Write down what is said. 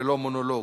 ולא מונולוג.